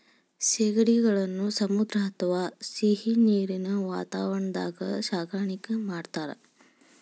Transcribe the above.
ಸೇಗಡಿಗಳನ್ನ ಸಮುದ್ರ ಅತ್ವಾ ಸಿಹಿನೇರಿನ ವಾತಾವರಣದಾಗ ಸಾಕಾಣಿಕೆ ಮಾಡ್ತಾರ